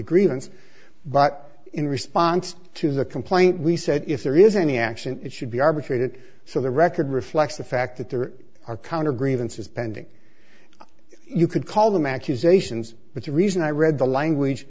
grievance but in response to the complaint we said if there is any action it should be arbitrated so the record reflects the fact that there are counter grievances pending you could call them accusations but the reason i read the language